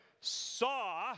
saw